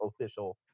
official